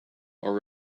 are